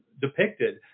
depicted